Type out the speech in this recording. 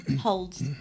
holds